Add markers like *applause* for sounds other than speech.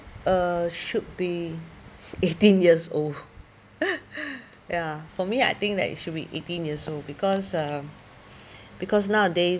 err should be eighteen years old *laughs* ya for me I think that it should be eighteen years old because um *breath* because nowadays